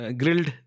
grilled